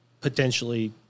potentially